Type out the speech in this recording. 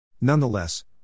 Nonetheless